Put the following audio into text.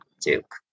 Duke